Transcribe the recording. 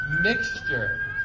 Mixture